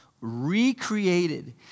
recreated